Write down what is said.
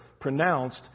pronounced